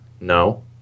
No